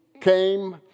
came